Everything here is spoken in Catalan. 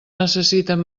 necessiten